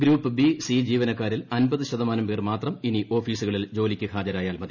group B C ജീവനക്കാരിൽ അമ്പതു ശതമാനം പേർ മാത്രം ഇനി ഓഫീസുകളിൽ ജോലിക്ക് ഹാജരായാൽ മതി